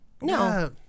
No